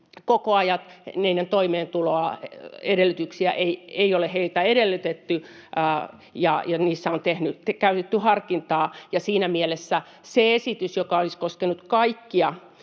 toimeentuloedellytyksiä ei ole edellytetty ja niissä on käytetty harkintaa. Siinä mielessä se esitys, joka olisi koskenut kaikkea